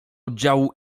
oddziału